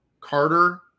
Carter